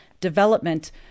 development